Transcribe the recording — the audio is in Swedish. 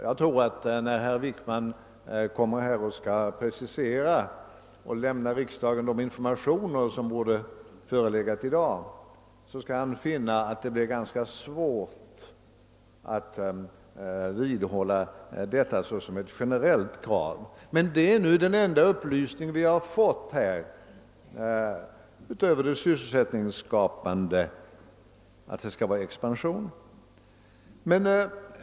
Jag tror att när herr Wickman skall precisera och lämna riksdagen de informationer som borde ha förelegat i dag, skall han finna att det blir ganska svårt att vidhålla detta såsom ett generellt krav. Men att det skall vara expansion är den enda upplysning vi har fått utöver att verk samheten skall vara sysselsättningsskapande.